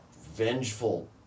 vengeful